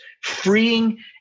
freeing